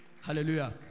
Hallelujah